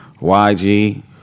YG